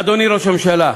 אדוני ראש הממשלה,